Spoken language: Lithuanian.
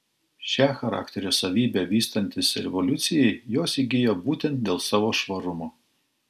šią charakterio savybę vystantis evoliucijai jos įgijo būtent dėl savo švarumo